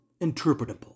interpretable